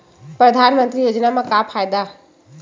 परधानमंतरी योजना म का फायदा?